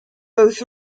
both